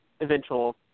eventual